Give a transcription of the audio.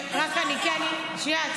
שנייה,